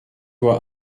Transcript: were